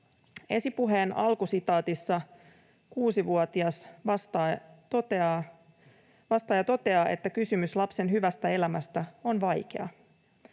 Esipuheen alkusitaatissa kuusivuotias vastaaja toteaa, että kysymys lapsen hyvästä elämästä on vaikea.